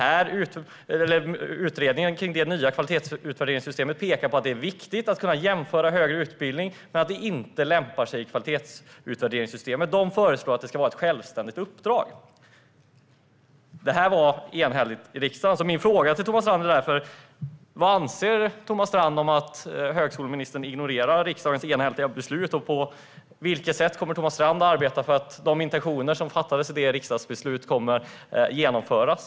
Utredningen av det nya kvalitetsutvärderingssystemet pekar på att det är viktigt att kunna jämföra högre utbildning men att det inte lämpar sig i detta system. Man föreslår att det ska vara ett självständigt uppdrag. Riksdagens beslut var enhälligt. Mina frågor till Thomas Strand är därför: Vad anser Thomas Strand om att högskoleministern ignorerar riksdagens enhälliga beslut? På vilket sätt kommer Thomas Strand att arbeta för att de intentioner som fanns i detta riksdagsbeslut kommer att genomföras?